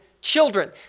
children